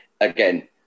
Again